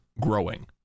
growing